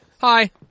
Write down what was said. Hi